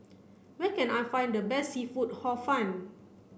where can I find the best seafood hor fun